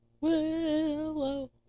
Willow